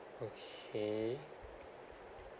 okay